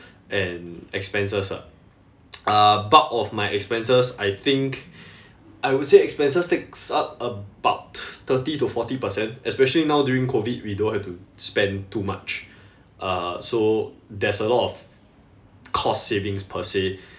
and expenses ah uh bulk of my expenses I think I would say expenses takes up about thirty to forty percent especially now during COVID we don't have to spend too much uh so there's a lot of cost savings per se